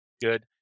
good